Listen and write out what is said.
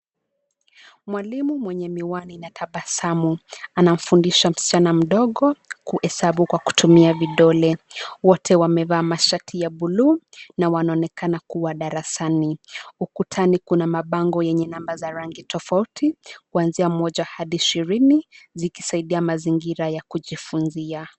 Mwalimu mwenye miwani na tabasamu; anamfundisha msichana mdogo kuhesabu kwa kutumia vidole. Wote wamevaa mashati ya buluu na wanaonekana kuwa darasani. Ukutani kuna mabango yenye namba za rangi tofauti kuanzia moja hadi ishirini, zikisaidia mazingira ya kujifunzia.